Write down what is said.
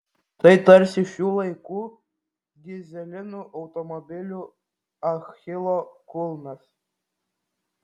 tai tarsi šių laikų dyzelinų automobilių achilo kulnas